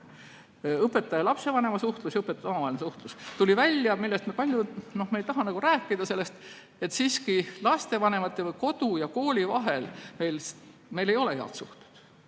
Õpetaja ja lapsevanema suhtlus ja õpetajate omavaheline suhtlus. Tuli välja see, millest me ei taha nagu rääkida, et siiski lastevanemate või kodu ja kooli vahel meil ei ole head suhted.